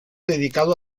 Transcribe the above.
dedicado